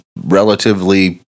relatively